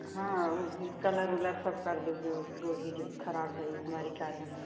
हाँ वह भी कलर उलर सब कर दो जो जो भी जो ख़राब है हमारी कार में